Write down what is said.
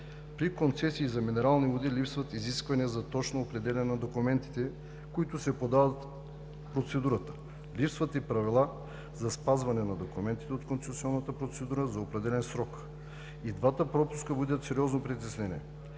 При концесии за минерални води липсват изисквания за точно определяне на документите, които се подават по процедурата. Липсват и правила за спазване на документите от концесионната процедура за определен срок. И двата пропуска будят сериозно притеснение.